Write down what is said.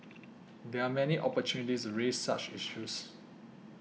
there are many opportunities raise such issues